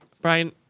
Brian